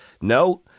No